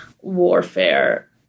warfare